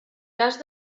cas